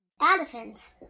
Elephants